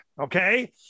okay